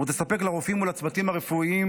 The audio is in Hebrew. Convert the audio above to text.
ותספק לרופאים ולצוותים הרפואיים